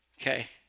Okay